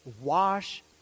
wash